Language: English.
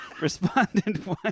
Responded